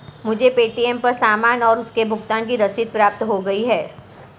मुझे पे.टी.एम पर सामान और उसके भुगतान की रसीद प्राप्त हो गई है